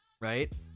right